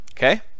Okay